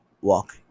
walk